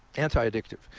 anti-addictive.